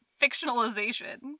fictionalization